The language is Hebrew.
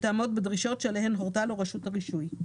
שתעמוד בדרישות שעליהן הורתה לו רשות הרישוי.